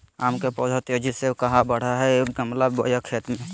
आम के पौधा तेजी से कहा बढ़य हैय गमला बोया खेत मे?